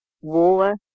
war